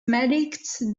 medics